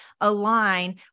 align